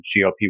GLP